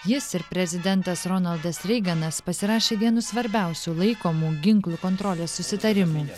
jis ir prezidentas ronaldas reiganas pasirašė vienu svarbiausių laikomų ginklų kontrolės susitarimą